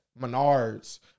Menards